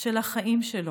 של החיים שלו,